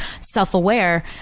self-aware